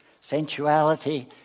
sensuality